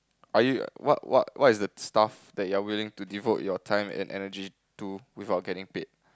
are you what what what is the stuff that you are willing to devote your time and energy to without getting paid